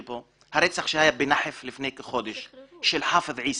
הרצח שהיה בנאחף לפני כחודש של חאפז עיסא.